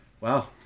Wow